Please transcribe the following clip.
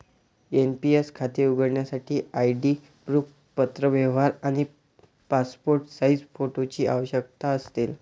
NPS खाते उघडण्यासाठी ID proof, पत्रव्यवहार आणि पासपोर्ट साइज फोटोची आवश्यकता असेल